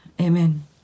Amen